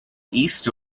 east